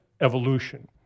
evolution